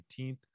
19th